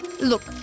Look